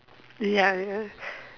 liar